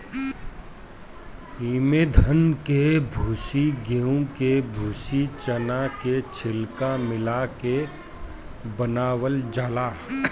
इमे धान के भूसी, गेंहू के भूसी, चना के छिलका मिला ले बनावल जाला